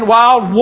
wild